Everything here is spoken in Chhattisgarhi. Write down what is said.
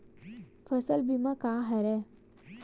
फसल बीमा का हरय?